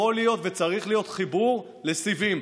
יכול להיות וצריך להיות חיבור לסיבים.